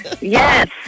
Yes